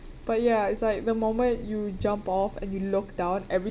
but ya it's like the moment you jump off and you look down every